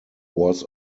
was